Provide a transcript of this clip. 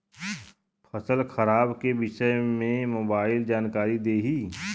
फसल खराब के विषय में मोबाइल जानकारी देही